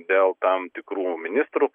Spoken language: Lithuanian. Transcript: dėl tam tikrų ministrų